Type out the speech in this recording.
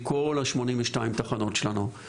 מכל השמונים ושתיים תחנות שלנו,